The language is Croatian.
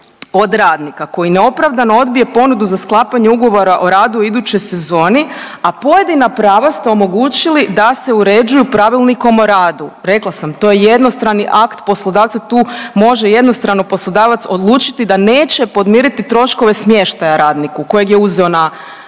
od radnika koji neopravdano odbije ponudu za sklapanje ugovora o radu u idućoj sezoni, a pojedina prava ste omogućili da se uređuju Pravilnikom o radu. Rekla sam, to je jednostrani akt. Poslodavac tu može jednostrano poslodavac odlučiti da neće podmiriti troškove smještaja radnika kojeg je uzeo za iduću